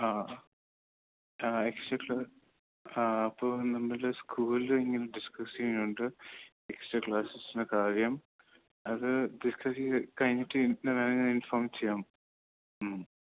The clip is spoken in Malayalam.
ആ ആ ആക്ച്ലി സാർ ആ അപ്പോൾ നമ്മൾ സ്കൂല് ഇങ്ങനെ ഡിസ്ക്കസ് ചെയ്യുന്നുണ്ട് എക്സ്ട്രാ ക്ലാസ്സസ്സിൻറ്റെ കാര്യം അത് ഡിസ്കസ്സ് ചെയ്ത് കഴിഞ്ഞിട്ട് ഞാൻ ഇൻഫോം ചെയ്യാം മ്മ്